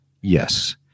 Yes